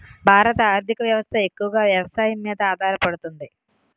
భారత ఆర్థిక వ్యవస్థ ఎక్కువగా వ్యవసాయం మీద ఆధారపడుతుంది